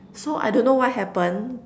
so I don't know what happen